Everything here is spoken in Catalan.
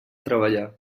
treballar